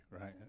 right